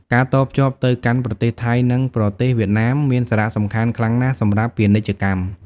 ការតភ្ជាប់ទៅកាន់ប្រទេសថៃនិងប្រទេសវៀតណាមមានសារៈសំខាន់ខ្លាំងណាស់សម្រាប់ពាណិជ្ជកម្ម។